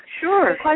Sure